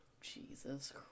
Jesus